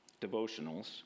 devotionals